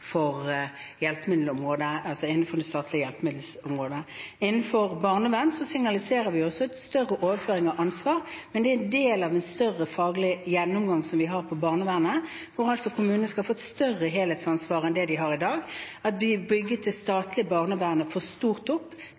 det statlige hjelpemiddelområdet. Innenfor barnevern signaliserer vi også en større overføring av ansvar, men det er del av en større faglig gjennomgang som vi har av barnevernet, der kommunene skal få et større helhetsansvar enn det de har i dag. Man bygget det statlige barnevernet for stort opp,